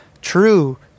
true